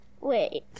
Wait